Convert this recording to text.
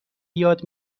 یاد